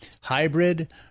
hybrid